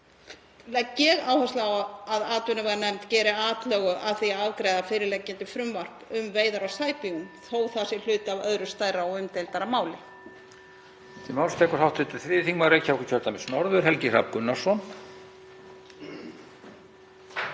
legg ég áherslu á að atvinnuveganefnd geri atlögu að því að afgreiða fyrirliggjandi frumvarp um veiðar á sæbjúgum þótt það sé hluti af öðru stærra og umdeildara máli.